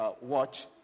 watch